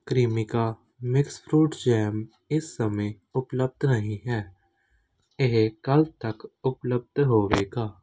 Cremica mix fruit jam ਇਸ ਸਮੇਂ ਉਪਲੱਬਧ ਨਹੀਂ ਹੈ ਇਹ ਕੱਲ੍ਹ ਤੱਕ ਉਪਲੱਬਧ ਹੋਵੇਗਾ